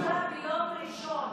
אין ישיבה ביום ראשון,